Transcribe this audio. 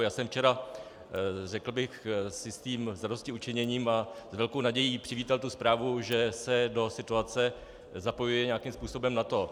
Já jsem včera, řekl bych s jistým zadostiučiněním a s velkou nadějí, přivítal tu zprávu, že se do situace zapojuje nějakým způsobem NATO.